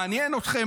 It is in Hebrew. מעניין אתכם